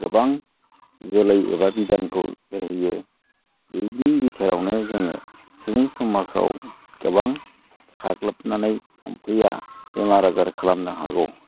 गोबां जोलै एबा बिधानखौ एरहोयो बिनि भितोरावनो जोङो सुबुं समाजाव गोबां साग्लोबनानै थाम्फैया बेमार आजार खालामनो हागौ